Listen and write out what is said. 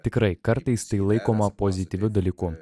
tikrai kartais tai laikoma pozityviu dalyku